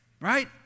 right